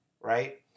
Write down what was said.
right